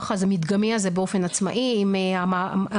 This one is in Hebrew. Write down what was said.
המדגמי הזה באופן עצמאי עם המחלקה למעבדות.